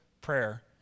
prayer